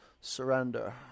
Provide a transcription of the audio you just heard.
surrender